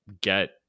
get